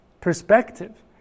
perspective